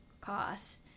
cost